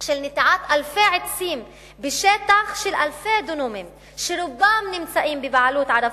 של נטיעת אלפי עצים בשטח של אלפי דונמים שרובם נמצאים בבעלות ערבית,